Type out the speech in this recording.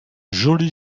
joli